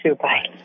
bye